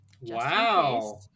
wow